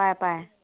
পায় পায়